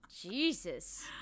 Jesus